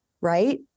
right